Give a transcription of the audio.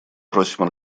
просим